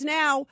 now